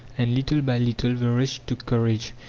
and little by little the rich took courage,